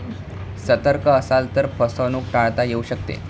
सतर्क असाल तर फसवणूक टाळता येऊ शकते